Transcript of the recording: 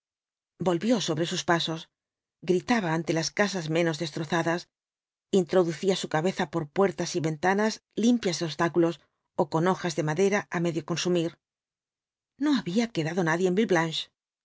volvió sobre sus pasos gritaba ante las casas menos destrozadas introducía su cabeza por puertas y ventanas limpias de obstáculos ó con hojas de madera á medio consumir no había quedado nadie